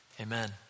Amen